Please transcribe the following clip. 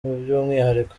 by’umwihariko